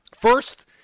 First